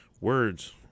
words